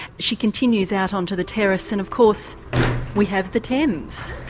she continues out on to the terrace and of course we have the thames.